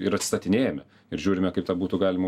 ir atstatinėjame ir žiūrime kaip tą būtų galima